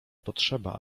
potrzeba